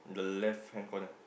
the left hand corner